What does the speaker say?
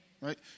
Right